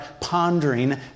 pondering